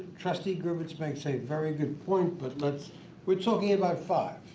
trustee gribetz makes a very good point but let's we're talking about five,